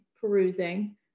perusing